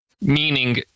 Meaning